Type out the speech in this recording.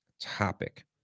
topic